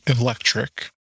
electric